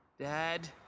Dad